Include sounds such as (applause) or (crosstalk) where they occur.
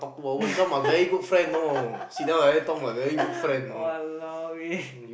(laughs) !walao! eh